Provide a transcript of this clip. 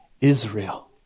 Israel